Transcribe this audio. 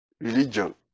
religion